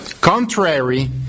Contrary